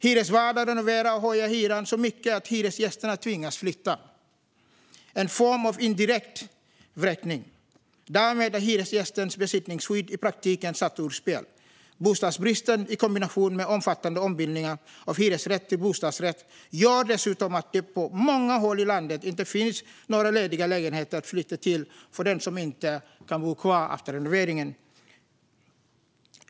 Hyresvärdar renoverar och höjer hyran så mycket att hyresgäster tvingas flytta, en form av indirekt vräkning. Därmed är hyresgästens besittningsskydd i praktiken satt ur spel. Bostadsbristen, i kombination med omfattande ombildningar av hyresrätt till bostadsrätt, gör dessutom att det på många håll i landet inte finns några lediga lägenheter att flytta till för den som inte kan bo kvar efter renovering.